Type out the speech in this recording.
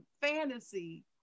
fantasy